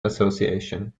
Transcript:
association